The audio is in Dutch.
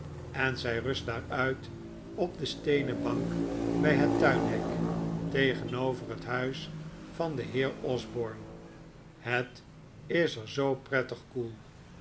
en zij rust daar uit op de steenen bank bij het tuinhek tegenover het huis van den heer osborne het is er zoo prettig koel